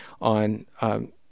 on